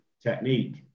technique